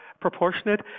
proportionate